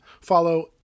follow